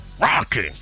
rocking